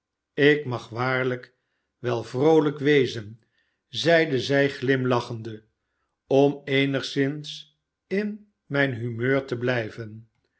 ik mag waarlijk wel vroolijk wezen zeide zij glimlachende om eenigszins in mijn humeur te blijven